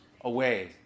away